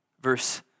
Verse